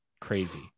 crazy